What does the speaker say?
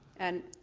and.